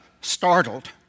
startled